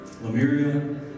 Lemuria